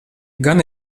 gan